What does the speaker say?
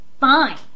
Fine